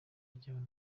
ryawe